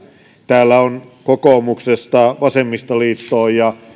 täällä on kokoomuksesta vasemmistoliittoon ja